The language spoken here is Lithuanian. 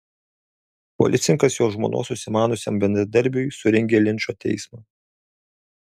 policininkas jo žmonos užsimaniusiam bendradarbiui surengė linčo teismą